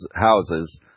houses